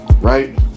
right